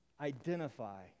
identify